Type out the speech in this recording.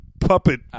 puppet